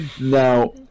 Now